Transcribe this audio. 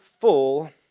full